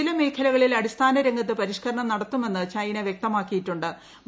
ചില മേഖലകളിൽ അടിസ്ഥാന രംഗത്ത് പരിഷ്ക്കരണം നടത്തുമെന്ന് ചൈന വ്യക്തമാക്കിയിട്ടു്